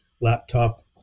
laptop